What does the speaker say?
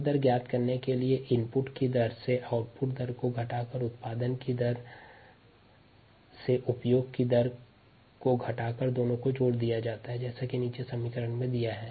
शुद्ध दर ज्ञात करने के लिए रेट ऑफ़ इनपुट से रेट ऑफ़ आउटपुट को घटाकर रेट ऑफ़ जनरेशन से रेट ऑफ़ कंसम्पशन को घटाकर दोनों को जोड़ दिया जाता है जैसा नीचे समीकरण में दिया है